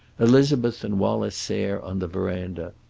elizabeth and wallace sayre on the verandah,